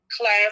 class